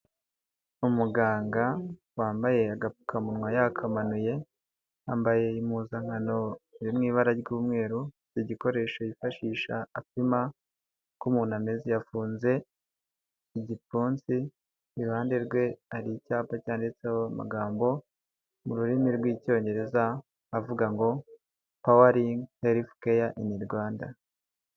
Umuganga wambaye agapfukamunwa yakamanuye, yambaye impuzankano iri mw’ibara ry'umweru, igikoresho yifashisha apima uko umuntu ameze, yafunze igipfunsi, iruhande rwe hari icyapa cyanditseho amagambo mu rurimi rw'icyongereza avuga ngo”Powering healthcare in Rwanda”.